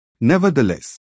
Nevertheless